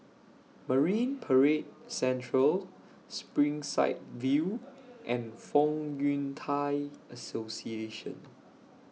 Marine Parade Central Springside View and Fong Yun Thai Association